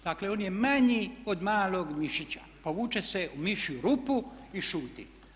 Dakle on je manji od malog mišića, povuće se u mišju rupu i šuti.